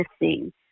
missing